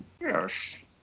Yes